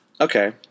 Okay